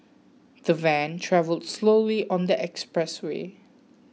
the van travelled slowly on the expressway